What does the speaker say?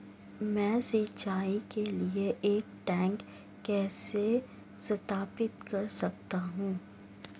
मैं सिंचाई के लिए एक टैंक कैसे स्थापित कर सकता हूँ?